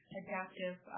adaptive